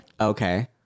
Okay